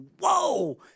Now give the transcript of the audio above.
whoa